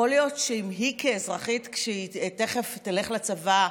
יכול להיות שאם היא כאזרחית, כשהיא תכף תלך לצבא,